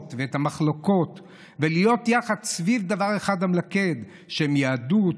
ואת המחלוקות ולהיות יחד סביב דבר אחד מלכד: יהדות,